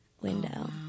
window